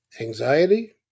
anxiety